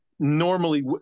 Normally